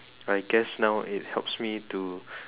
I guess now it helps me to